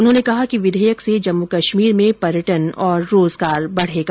उन्होंने कहा कि विघेयक से जम्मू कश्मीर में पर्यटन और रोजगार बढ़ेगा